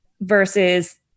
versus